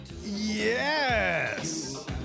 Yes